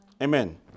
Amen